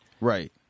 right